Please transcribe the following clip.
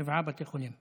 שבעה בתי חולים.